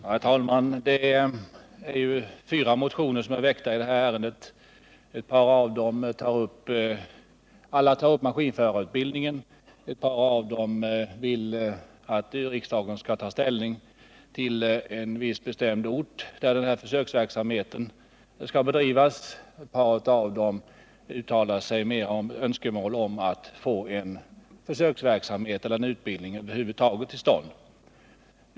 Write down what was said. Herr talman! Fyra motioner är väckta i det här ärendet. I ett par vill man att riksdagen skall ta ställning till en viss bestämd ort där maskinförarutbildning skall bedrivas, medan man i någon uttalar önskemål om att få en utbildning över huvud taget till stånd.